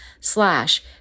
slash